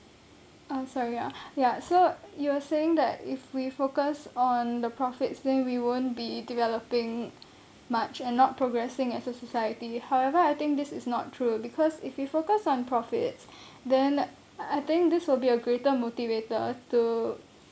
uh sorry ah ya so you were saying that if we focus on the profits then we won't be developing much and not progressing as a society however I think this is not true because if you focus on profits then I think this will be a greater motivator to